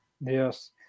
Yes